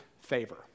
favor